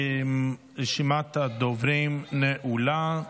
רשימת הדוברים נעולה.